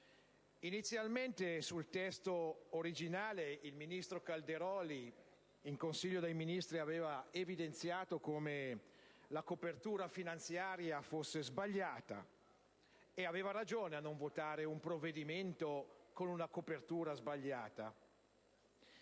Inizialmente, sul testo originale del provvedimento, il ministro Calderoli in Consiglio dei ministri aveva evidenziato come la copertura finanziaria fosse sbagliata; e aveva ragione a non votare un provvedimento con una copertura sbagliata.